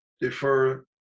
defer